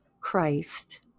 Christ